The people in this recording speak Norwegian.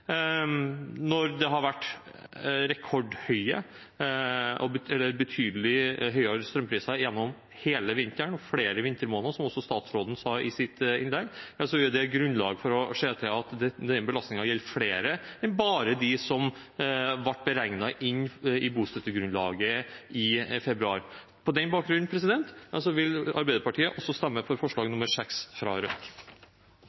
Når det har vært betydelig høyere strømpriser gjennom hele vinteren, flere vintermåneder, som også statsråden sa i sitt innlegg, er det grunnlag for å se at denne belastningen gjelder flere enn bare dem som ble beregnet inn i bostøttegrunnlaget i februar. På den bakgrunn vil Arbeiderpartiet også stemme for forslag nr. 6, fra Rødt. SV vil også stemme for forslag